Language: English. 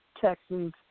Texans